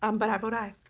um but i vote aye.